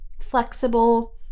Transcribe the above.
flexible